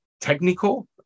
technical